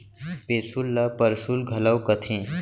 पैसुल ल परसुल घलौ कथें